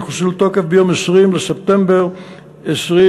ונכנסו לתוקף ביום 20 בספטמבר 2012,